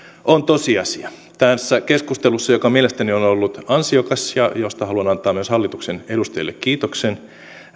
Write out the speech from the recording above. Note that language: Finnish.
on tosiasia tässä keskustelussa joka mielestäni on ollut ansiokas ja josta haluan antaa myös hallituksen edustajille kiitoksen